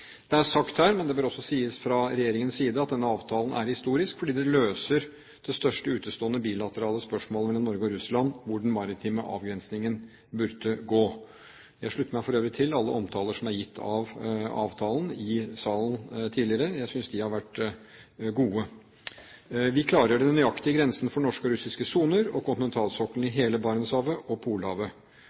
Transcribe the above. Det er sagt her, men det bør også sies fra regjeringens side, at denne avtalen er historisk, fordi det løser det største utestående bilaterale spørsmålet mellom Norge og Russland – hvor den maritime avgrensningen burde gå. Jeg slutter meg for øvrig til alle omtaler som er gitt av avtalen i salen tidligere. Jeg synes de har vært gode. Vi klargjør de nøyaktige grensene for norske og russiske soner og kontinentalsokkelen i hele Barentshavet og Polhavet.